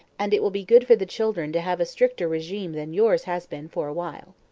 and it will be good for the children to have a stricter regime than yours has been for a while.